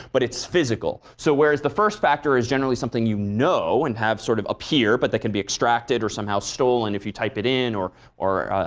but it's physical. so whereas the first factor is generally something you know and have sort of up here but that can be extracted or somehow stolen if you type it in or or